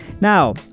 Now